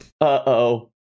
uh-oh